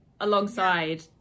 alongside